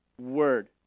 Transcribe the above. word